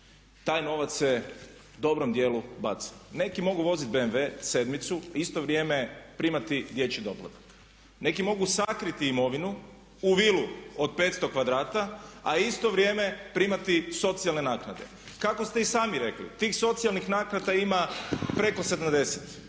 Taj novac se u dobrom djelu baca. Neki mogu voziti BMW7 u isto vrijeme primati dječji doplatak, neki mogu sakriti imovinu u vilu od 500 kvadrata a isto vrijeme primati socijalne naknade. Kako ste i sami rekli tih socijalnih naknada ima preko 70